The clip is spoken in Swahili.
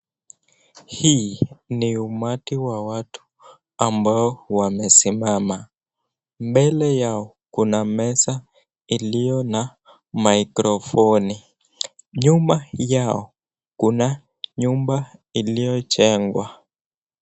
Hii ni umati wa watu ambao wamesimama mbele yao kuna meza iliyona magrovoni nyuma yao Kuna nyumba liliyojenkwa.